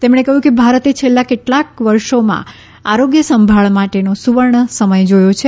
તેમણે કહ્યું કે ભારતે છેલ્લા કેટલાક વર્ષોમાં આરોગ્ય સંભાળ માટેનો સુવર્ણ સમય જોયો છે